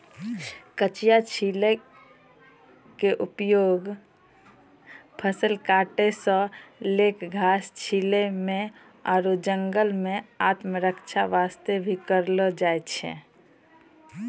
कचिया के उपयोग फसल काटै सॅ लैक घास छीलै म आरो जंगल मॅ आत्मरक्षा वास्तॅ भी करलो जाय छै